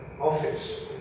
office